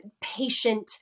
patient